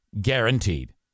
Guaranteed